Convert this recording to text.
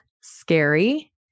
scary